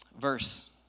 Verse